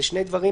שני דברים